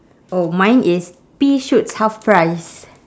oh mine is pea shoots half price